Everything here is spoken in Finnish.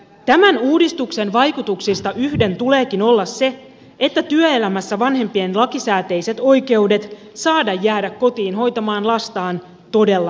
tämän uudistuksen vaikutuksista yhden tuleekin olla se että työelämässä vanhempien lakisääteiset oikeudet saada jäädä kotiin hoitamaan lastaan todella toteutuvat